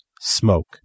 smoke